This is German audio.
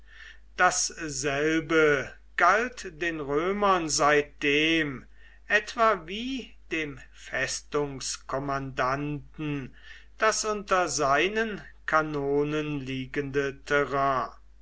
dasselbe galt den römern seitdem etwa wie dem festungskommandanten das unter seinen kanonen liegende terrain